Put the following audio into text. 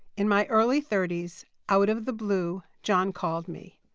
in my early thirties, out of the blue, john called me.